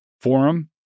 forum